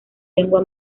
lengua